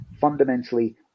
fundamentally